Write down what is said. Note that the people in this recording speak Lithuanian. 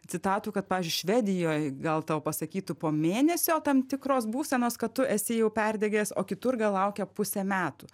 citatų kad pavyzdžiui švedijoj gal tau pasakytų po mėnesio tam tikros būsenos kad tu esi jau perdegęs o kitur gal laukia pusė metų